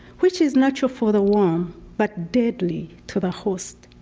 which is natural for the worm but deadly to the host.